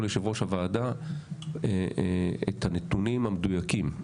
ליושב-ראש הוועדה את הנתונים המדויקים.